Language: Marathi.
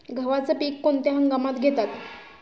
गव्हाचे पीक कोणत्या हंगामात घेतात?